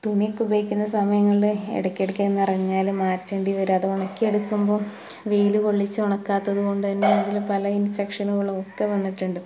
തുണിയൊക്കെ ഉപയോഗിക്കുന്ന സമയങ്ങളിൽ ഇടക്കിടക്കെന്നു പറഞ്ഞാൽ മാറ്റേണ്ടി വരും അതുണക്കിയെടുക്കുമ്പോൾ വെയിൽ കൊള്ളിച്ചുണക്കാത്തത് കൊണ്ടുതന്നെ അതിൽ പല ഇന്ഫെക്ഷനുകളുമൊക്കെ വന്നിട്ടുണ്ട്